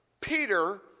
Peter